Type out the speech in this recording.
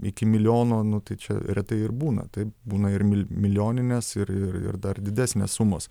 iki milijono nu tai čia retai ir būna taip būna ir mil milijoninės ir ir dar didesnės sumos